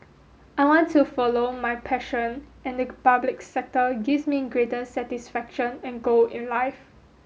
I want to follow my passion and the public sector gives me greater satisfaction and goal in life